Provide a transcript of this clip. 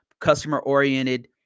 Customer-oriented